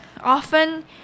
often